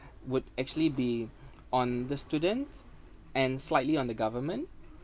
would actually be on the student and slightly on the government